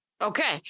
okay